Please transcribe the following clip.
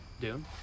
Dune